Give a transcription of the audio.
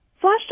Flash